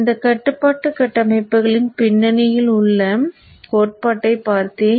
இந்த கட்டுப்பாட்டு கட்டமைப்புகளின் பின்னணியில் உள்ள கோட்பாட்டைப் பார்த்தேன்